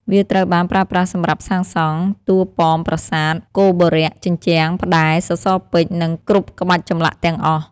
វាត្រូវបានប្រើប្រាស់សម្រាប់សាងសង់ តួប៉មប្រាសាទ គោបុរៈ ជញ្ជាំង ផ្តែរ សសរពេជ្រ និងគ្រប់ក្បាច់ចម្លាក់ ទាំងអស់។